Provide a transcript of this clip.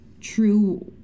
true